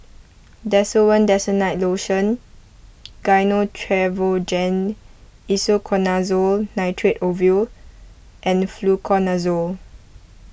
Desowen Desonide Lotion Gyno Travogen Isoconazole Nitrate Ovule and Fluconazole